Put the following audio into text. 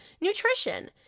nutrition